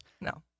No